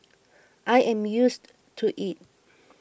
I am used to it